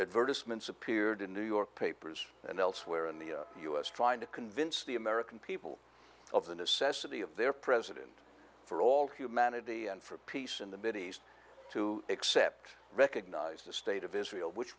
advertisement sapir to new york papers and elsewhere in the u s trying to convince the american people of the necessity of their president for all humanity and for peace in the mideast to accept recognize the state of israel which